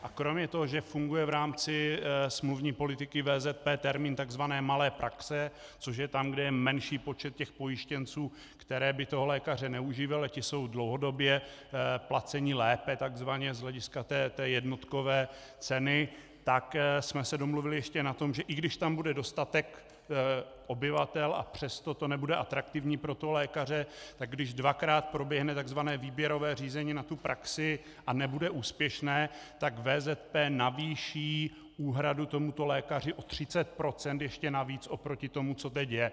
A kromě toho, že funguje v rámci smluvní politiky VZP termín tzv. malé praxe, což je tam, kde je menší počet pojištěnců, který by lékaře neuživil, a ti jsou dlouhodobě placeni lépe takzvaně z hlediska jednotkové ceny, tak jsme se domluvili ještě na tom, že i když tam bude dostatek obyvatel, a přesto to nebude atraktivní pro toho lékaře, tak když dvakrát proběhne tzv. výběrové řízení na tu praxi a nebude úspěšné, tak VZP navýší úhradu tomuto lékaři o 30 % ještě navíc oproti tomu, co teď je.